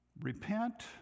repent